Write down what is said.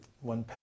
one